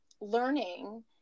learning